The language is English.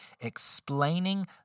explaining